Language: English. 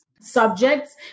subjects